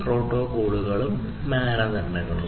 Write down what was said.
പ്രോട്ടോക്കോളുകളും മാനദണ്ഡങ്ങളും